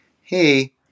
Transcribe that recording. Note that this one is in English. hey